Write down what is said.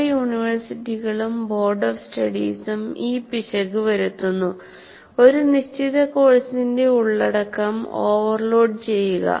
പല യൂണിവേഴ്സിറ്റികളും board of സ്റ്റഡീസും ഈ പിശക് വരുത്തുന്നു ഒരു നിശ്ചിത കോഴ്സിന്റെ ഉള്ളടക്കം ഓവർലോഡ് ചെയ്യുക